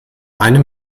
eine